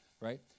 right